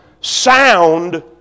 sound